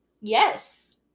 Yes